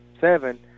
seven